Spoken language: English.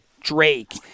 Drake